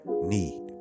need